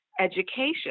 education